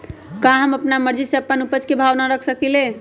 का हम अपना मर्जी से अपना उपज के भाव न रख सकींले?